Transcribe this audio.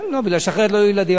כן, אחרת לא יהיו ילדים.